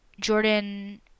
Jordan